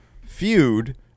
feud